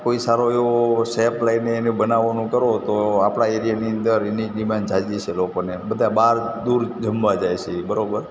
કોઇ સારો એવો સેફ લાવીને એને બનાવવાનું કરો તો આપણા એરિયાની અંદર એની ડીમાન્ડ ઝાઝી છે લોકોને બધા બહાર દૂર દૂર જમવા જાય છે એ બરોબર